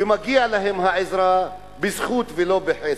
ומגיעה להם העזרה בזכות ולא בחסד?